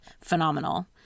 phenomenal